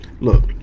look